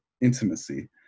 intimacy